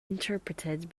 interpreted